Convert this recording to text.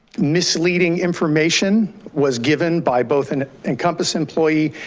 misleading information was given by both an encompass employee,